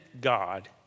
God